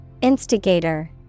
Instigator